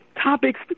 topics